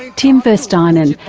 and tim verstynen,